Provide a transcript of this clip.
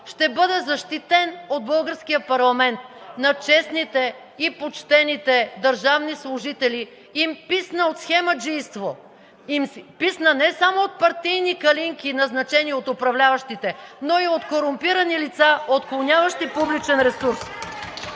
ще бъде защитен от българския парламент! На честните и почтени държавни служители им писна от схемаджийство, им писна не само от партийни калинки, назначени от управляващите, но и от корумпирани лица, отклоняващи публичен ресурс!